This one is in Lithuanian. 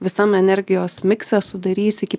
visam energijos mikse sudarys iki